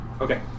Okay